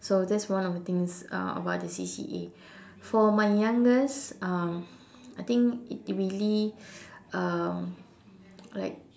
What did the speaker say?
so that is one of the things uh about the C_C_A for my youngest um I think it really um like